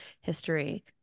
history